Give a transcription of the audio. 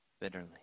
bitterly